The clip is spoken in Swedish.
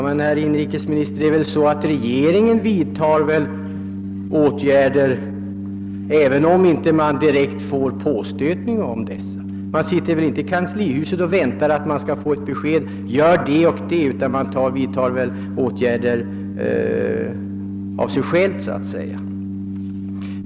Herr talman! Det är väl ändå så, herr inrikesminister, att regeringen kan vidtaga åtgärder utan direkt påstötning. Man sitter väl inte i kanslihuset och väntar på direktiv om vad som skall göras utan borde kunna vidta åtgärder på egen hand.